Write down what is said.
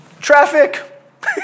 Traffic